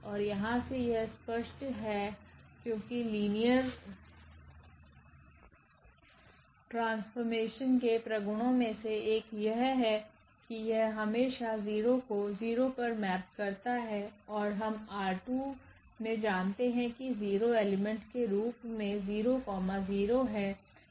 और यहाँ से यह स्पष्ट है क्योंकि लिनियर ट्रांसफॉर्मेशन के प्रगुणों में से एक यह है कि यह हमेशा 0 को 0 पर मैप करता है और हम ℝ2 मे जानते है कि 0 एलिमेंट के रूप मे 00 है